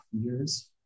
years